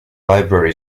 library